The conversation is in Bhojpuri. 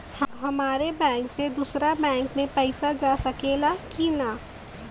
हमारे बैंक से दूसरा बैंक में पैसा जा सकेला की ना?